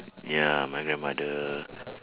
ya my grandmother